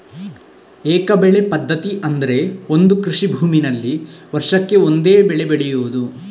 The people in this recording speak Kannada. ಏಕ ಬೆಳೆ ಪದ್ಧತಿ ಅಂದ್ರೆ ಒಂದು ಕೃಷಿ ಭೂಮಿನಲ್ಲಿ ವರ್ಷಕ್ಕೆ ಒಂದೇ ಬೆಳೆ ಬೆಳೆಯುದು